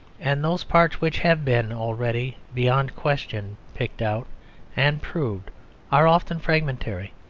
and those parts which have been already beyond question picked out and proved are often fragmentary.